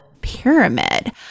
pyramid